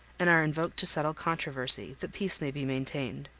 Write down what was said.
and are invoked to settle controversy, that peace may be maintained.